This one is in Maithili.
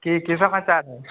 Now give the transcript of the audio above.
की की समाचार है